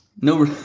No